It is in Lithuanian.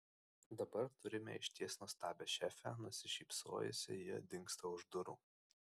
dabar turime išties nuostabią šefę nusišypsojusi ji dingsta už durų